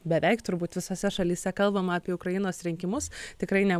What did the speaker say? beveik turbūt visose šalyse kalbama apie ukrainos rinkimus tikrai ne